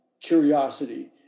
curiosity